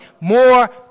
more